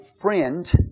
friend